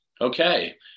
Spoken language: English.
Okay